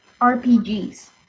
RPGs